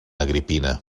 agripina